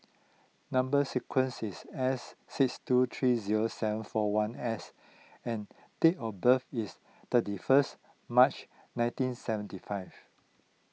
Number Sequence is S six two three zero seven four one S and date of birth is thirty first March nineteen seventy five